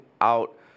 out